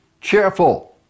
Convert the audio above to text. cheerful